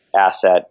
asset